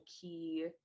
key